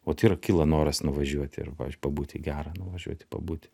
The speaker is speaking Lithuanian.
vat ir kyla noras nuvažiuoti ir pavyzdžiui pabūti gera nuvažiuoti pabūti